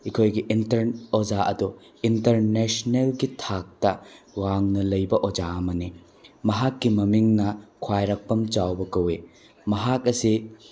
ꯑꯩꯈꯣꯏꯒꯤ ꯏꯟꯇ꯭ꯔꯟ ꯑꯣꯖꯥ ꯑꯗꯣ ꯏꯟꯇꯔꯅꯦꯁꯅꯦꯜꯒꯤ ꯊꯥꯛꯇ ꯋꯥꯡꯅ ꯂꯩꯕ ꯑꯣꯖꯥ ꯑꯃꯅꯤ ꯃꯍꯥꯛꯀꯤ ꯃꯃꯤꯡꯅ ꯈ꯭ꯋꯥꯏꯔꯥꯛꯄꯝ ꯆꯥꯎꯕ ꯀꯧꯏ ꯃꯍꯥꯛ ꯑꯁꯤ